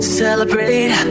celebrate